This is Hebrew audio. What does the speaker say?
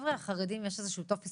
לחבר'ה הייחודיים יש טופס